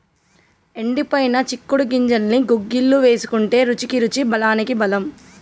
ఎండిపోయిన చిక్కుడు గింజల్ని గుగ్గిళ్లు వేసుకుంటే రుచికి రుచి బలానికి బలం